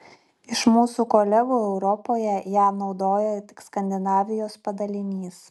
iš mūsų kolegų europoje ją naudoja tik skandinavijos padalinys